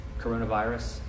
coronavirus